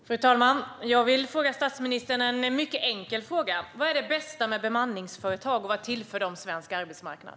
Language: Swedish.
Fru talman! Jag vill ställa en mycket enkel fråga till statsministern. Vad är det bästa med bemanningsföretag, och vad tillför de svensk arbetsmarknad?